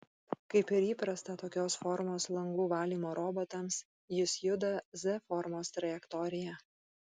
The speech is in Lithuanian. kaip ir įprasta tokios formos langų valymo robotams jis juda z formos trajektorija